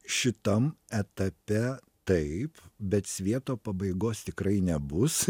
šitam etape taip bet svieto pabaigos tikrai nebus